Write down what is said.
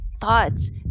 Thoughts